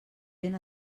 ben